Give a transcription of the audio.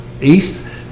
East